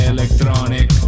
Electronic